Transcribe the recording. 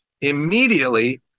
Immediately